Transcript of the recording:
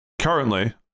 currently